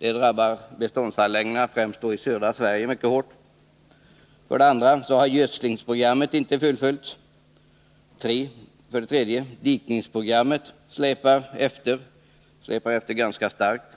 Det drabbar beståndsanläggningarna i främst södra Sverige mycket hårt. Detta är en faktor som vi måste ta hänsyn till. För det andra har gödslingsprogrammet inte fullföljts. För det tredje släpar dikningsprogrammet efter ganska starkt.